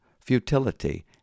futility